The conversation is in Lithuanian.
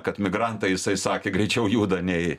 kad migrantai jisai sakė greičiau juda nei